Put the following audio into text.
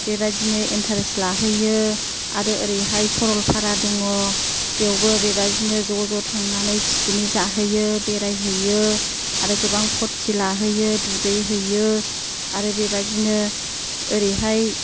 बेबादिनो इन्थारेस लाहैयो आरो ओरैहाय सरलफारा दङ बेवबो बेबादिनो ज' ज' थांनानै पिकनिक जाहैयो बेहायहैयो आरो गोबां फुरथि लाहैयो दुगैहैयो आरो बेबादिनो ओरैहाय